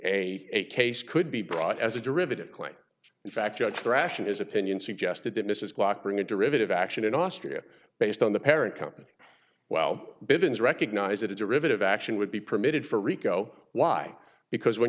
a case could be brought as a derivative claim in fact judge thrashin is opinion suggested that mrs blackburn a derivative action in austria based on the parent company well begins recognize that a derivative action would be permitted for rico why because when